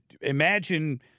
imagine